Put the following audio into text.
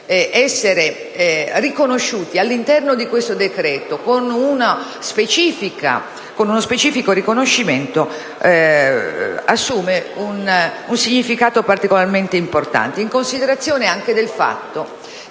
essere riconosciuti all'interno di questo decreto, con uno specifico riconoscimento, assume un significato particolarmente importante, anche in considerazione del fatto che